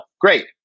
great